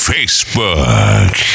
Facebook